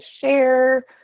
share